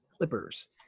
Clippers